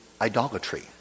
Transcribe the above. idolatry